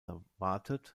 erwartet